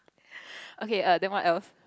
okay err then what else